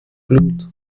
blut